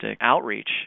outreach